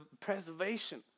preservation